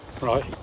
Right